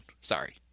sorry